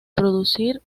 producir